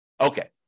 Okay